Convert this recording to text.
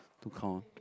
to count